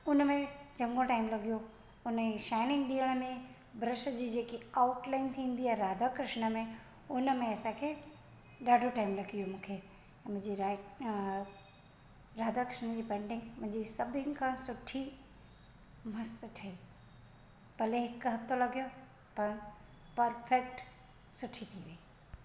उनमें चङो टाइम लॻी वियो उनमें शाइनिंग ॾियण में ब्रश जी जेकी आऊट लाईन थींदी आहे राधा कृष्ण में उनमें असांखे ॾाढो टाइम लॻी वियो मूंखे मुंहिंजी अ राधा कॄष्ण जी पेंटिंग मुंजी सभिनि खां सुठी मस्तु ठई भले हिकु हथु लॻियो पर परफेक्ट सुठी थी वई